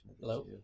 Hello